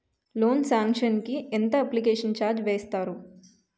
Loan sanction కి ఎంత application charge వేస్తారు?